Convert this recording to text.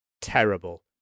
terrible